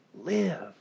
live